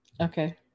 okay